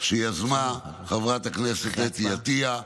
שיזמה חברת הכנסת אתי עטייה.